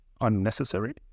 unnecessary